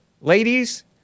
Ladies